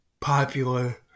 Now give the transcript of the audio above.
popular